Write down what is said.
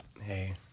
Hey